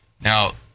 Now